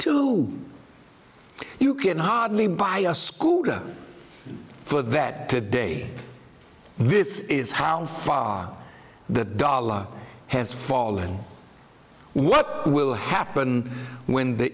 two you can hardly buy a scooter for that today this is how far the dollar has fallen what will happen when the